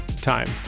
time